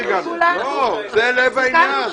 לא, זה לב העניין.